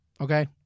Okay